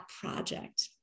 project